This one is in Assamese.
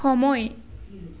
সময়